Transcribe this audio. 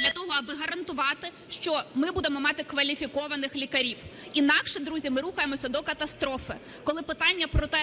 для того, аби гарантувати, що ми будемо мати кваліфікованих лікарів. Інакше, друзі, ми рухаємося до катастрофи, коли питання про те,